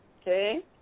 Okay